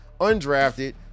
undrafted